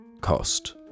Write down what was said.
cost